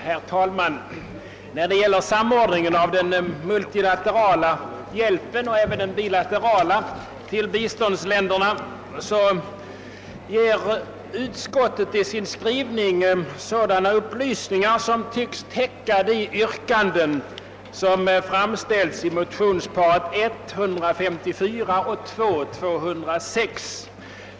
Herr talman! Utskottet ger i sin skrivning i föreliggande utlåtande om samordningen av den multilaterala och även den bilaterala hjälpen till biståndsländerna sådana upplysningar, som tycks täcka de yrkanden vilka framställts i motionsparet I: 154 och II: 206.